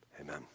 Amen